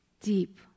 deep